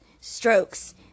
strokes